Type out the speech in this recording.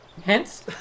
Hence